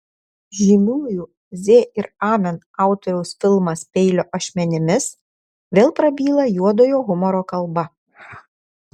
žymiųjų z ir amen autoriaus filmas peilio ašmenimis vėl prabyla juodojo humoro kalba